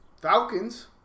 Falcons